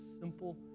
simple